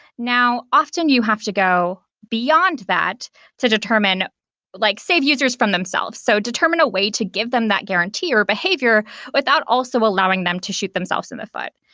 now, often you have to go beyond that to determine like save users from themselves. so determine a way to give them that guarantee or behavior without also allowing them to shoot themselves in the foot.